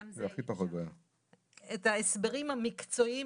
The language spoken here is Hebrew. את ההסברים המקצועיים,